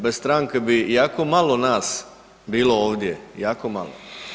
Bez stranke bi jako malo nas bilo ovdje, jako malo.